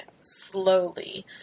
slowly